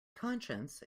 conscience